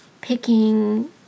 picking